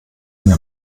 mir